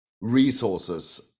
resources